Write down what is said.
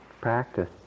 practice